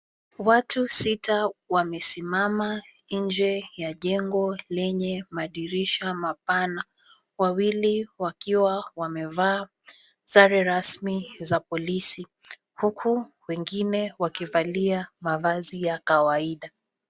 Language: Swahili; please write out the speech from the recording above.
Watu sita wamesimama nje ya jengo lenye madirisha mapana, wawili wakiwa wamevaa sare rasmi za polisi huku wengine wakivalia mavazi ya kawaida.